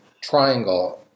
triangle